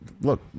look